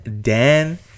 dan